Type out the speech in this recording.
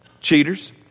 cheaters